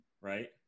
right